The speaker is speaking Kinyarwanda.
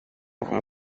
umukuru